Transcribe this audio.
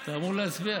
אתה אמור להצביע.